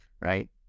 right